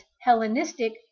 Hellenistic